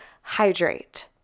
hydrate